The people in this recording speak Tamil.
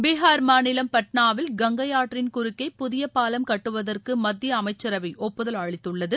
பீஹார் மாநிலம் பட்னாவில் கங்கை ஆற்றின் குறுக்கே புதிய பாலம் கட்டுவதற்கு மத்திய அமைச்சரவை ஒப்புதல் அளித்துள்ளது